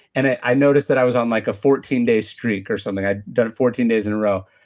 and i noticed that i was on like a fourteen day streak or something. i had done it fourteen days in a row.